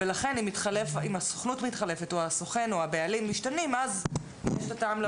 ולכן אם הסוכנות מתחלפת או הסוכן או הבעלים משתנים אז יש טעם.